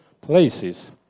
places